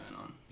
on